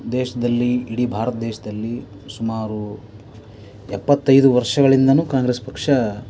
ದೇಶದಲ್ಲಿ ಇಡೀ ಭಾರತ ದೇಶದಲ್ಲಿ ಸುಮಾರು ಎಪ್ಪತ್ತೈದು ವರ್ಷಗಳಿಂದನು ಕಾಂಗ್ರೆಸ್ ಪಕ್ಷ